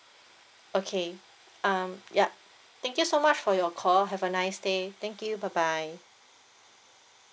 okay um yup thank you so much for your call have a nice day thank you bye bye